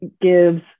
gives